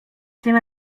tym